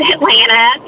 Atlanta